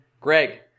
Greg